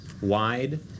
wide